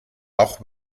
auch